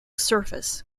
surface